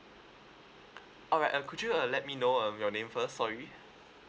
alright uh could you uh let me know um your name first sorry